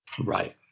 Right